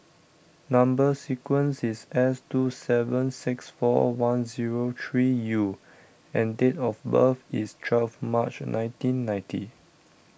Number Sequence is S two seven six four one zero three U and date of birth is twelve March nineteen ninety